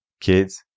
kids